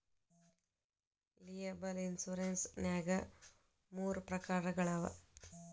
liable insurance ನ್ಯಾಗ್ ಮೂರ ಪ್ರಕಾರಗಳವ